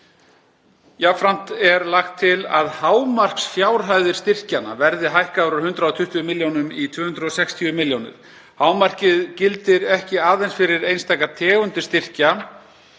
Jafnframt er lagt til að hámarksfjárhæðir styrkjanna verði hækkaðar úr 120 milljónum kr. í 260 milljónir. Hámarkið gildir ekki aðeins fyrir einstakar tegundir styrkja